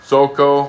Soko